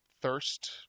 thirst